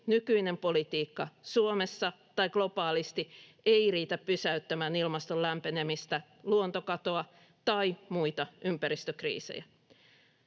nykyinen politiikka Suomessa tai globaalisti ei riitä pysäyttämään ilmaston lämpenemistä, luontokatoa tai muita ympäristökriisejä.